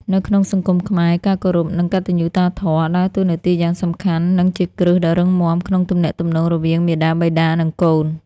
នៅក្នុងសង្គមខ្មែរ ការគោរព និងកតញ្ញុតាធម៌ ដើរតួនាទីយ៉ាងសំខាន់ និងជាគ្រឹះដ៏រឹងមាំក្នុងទំនាក់ទំនងរវាងមាតាបិតា និងកូន។